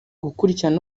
gukurikirana